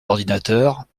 d’ordinateurs